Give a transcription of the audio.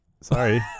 Sorry